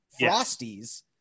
Frosties